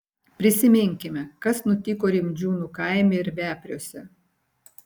prisiminkime kas nutiko rimdžiūnų kaime ir vepriuose